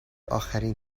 اخرین